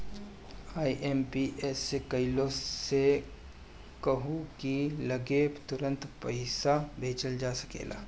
IMPS से कइला से कहू की लगे तुरंते पईसा भेजल जा सकेला